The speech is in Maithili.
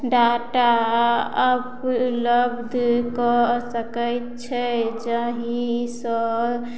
डाटा उपलब्ध कऽ सकैत छै जाहिसँ